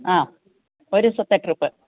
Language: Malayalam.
ആ ഒരു ദിവസത്ത ട്രിപ്പ്